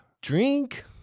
Drink